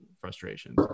frustrations